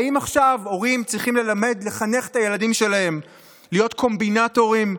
האם עכשיו הורים צריכים לחנך את הילדים שלהם להיות קומבינטורים,